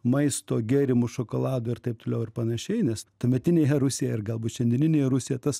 maisto gėrimų šokolado ir taip toliau ir panašiai nes tuometinėje rusijoj ir galbūt šiandieninėje rusijoj tas